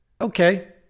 Okay